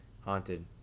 haunted